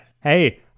Hey